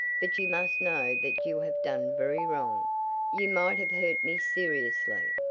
but you must know that you have done very wrong you might have hurt me seriously.